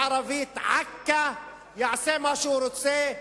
בערבית, עכא, יעשה מה שהוא רוצה.